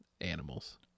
animals